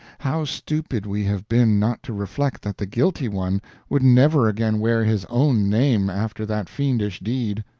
how stupid we have been not to reflect that the guilty one would never again wear his own name after that fiendish deed!